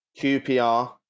QPR